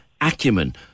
acumen